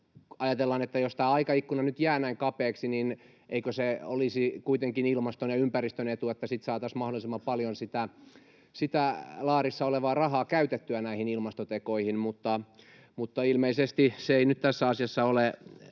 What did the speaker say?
ajatellaan, että jos tämä aikaikkuna nyt jää näin kapeaksi, niin eikö se olisi kuitenkin ilmaston ja ympäristön etu, että sitten saataisiin mahdollisimman paljon sitä laarissa olevaa rahaa käytettyä näihin ilmastotekoihin, mutta ilmeisesti se ei nyt tässä asiassa ole